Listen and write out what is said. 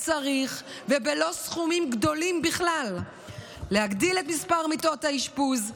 בלא סכומים גדולים בכלל אפשר וצריך להגדיל את מספר מיטות האשפוז,